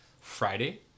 Friday